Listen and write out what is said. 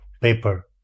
paper